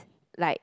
like